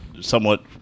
somewhat